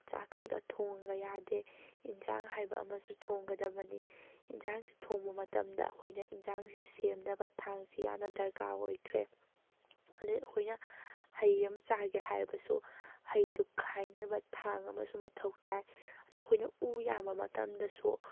ꯆꯥꯛ ꯈꯛꯇ ꯊꯣꯡꯉꯒ ꯌꯥꯗꯦ ꯑꯦꯟꯁꯥꯡ ꯍꯥꯏꯕ ꯑꯃꯁꯨ ꯊꯣꯡꯒꯗꯕꯅꯤꯑꯦꯟꯁꯥꯡꯁꯤ ꯊꯣꯡꯕ ꯃꯇꯝꯗ ꯑꯩꯈꯣꯏꯅ ꯑꯦꯟꯁꯥꯡꯁꯤ ꯁꯦꯝꯅꯕ ꯊꯥꯡꯁꯤ ꯌꯥꯝꯅ ꯗꯔꯀꯥꯔ ꯑꯣꯏꯈ꯭ꯔꯦ ꯑꯗꯒꯤ ꯑꯩꯈꯣꯏꯅ ꯍꯩ ꯑꯃ ꯆꯥꯒꯦ ꯍꯥꯏꯔꯕꯁꯨ ꯍꯩꯗꯨ ꯈꯥꯏꯅꯕ ꯊꯥꯡ ꯑꯃꯁꯨ ꯃꯊꯧ ꯇꯥꯏ ꯑꯗꯒꯤ ꯑꯩꯈꯣꯏꯅ ꯎ ꯌꯥꯟꯕ ꯃꯇꯝꯗꯁꯨ